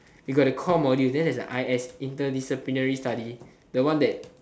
you got the core model then there's a i_s interdisciplinary study the one that